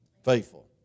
Faithful